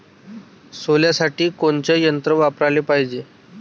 सोल्यासाठी कोनचं यंत्र वापराले पायजे?